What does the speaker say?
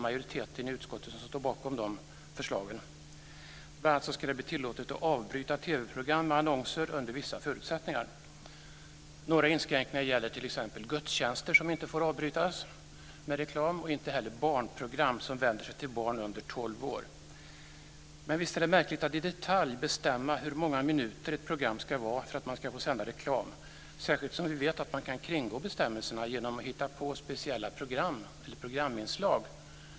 Majoriteten i utskottet står bakom de förslagen. Bl.a. ska det bli tillåtet att under vissa förutsättningar avbryta TV program med annonser. Några inskränkningar gäller, t.ex. att gudstjänster inte får avbrytas med reklam och inte heller barnprogram som vänder sig till barn under 12 år. Men visst är det märkligt att i detalj bestämma hur många minuter ett program ska vara för att få sända reklam, särskilt som vi vet att det går att kringgå bestämmelserna genom att hitta på speciella programinslag.